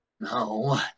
No